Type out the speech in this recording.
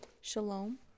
Shalom